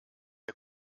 der